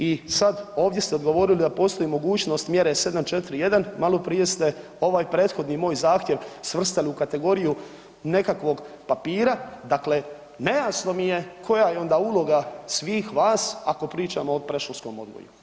I sad ovdje ste odgovorili da postoji mogućnost mjere 741, maloprije ste ovaj prethodni moj zahtjev svrstali u kategoriju nekakvog papira, dakle nejasno mi je koja je onda uloga svih vas ako pričamo o predškolskom odgoju?